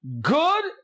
good